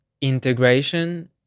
integration